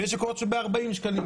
ויש מקומות שמוכרים ב-40 שקלים,